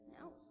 No